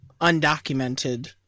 undocumented